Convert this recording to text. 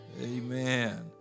Amen